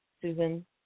Susan